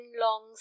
long